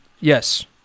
Yes